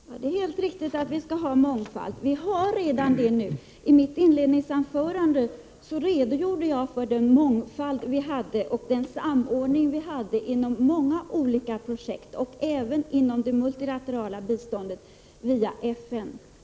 Fru talman! Det är helt riktigt att vi skall ha mångfald. Vi har det redan. I mitt inledningsanförande redogjorde jag för den mångfald och samordning vi hade inom många olika projekt — även inom det multilaterala biståndet via FN.